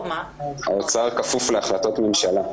האוצר כפוף להחלטות ממשלה.